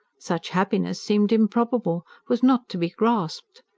such happiness seemed improbable was not to be grasped.